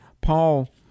Paul